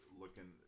looking